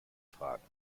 fragen